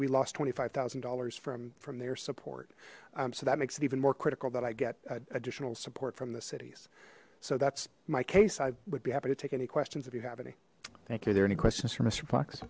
we lost twenty five thousand dollars from from their support so that makes it even more critical that i get additional support from the cities so that's my case i would be happy to take any questions if you have any thank you there any questions for mister fox